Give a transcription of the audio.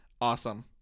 Awesome